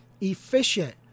efficient